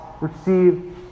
receive